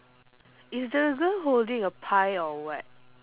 is the girl holding a pie or what